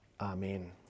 Amen